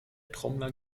trommler